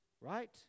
Right